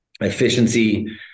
efficiency